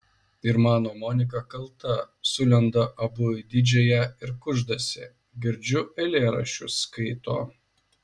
ir mano monika kalta sulenda abu į didžiąją ir kuždasi girdžiu eilėraščius skaito